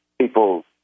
people